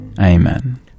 amen